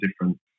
different